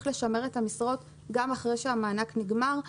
לשמר את המשרות גם אחרי שהמענק נגמר.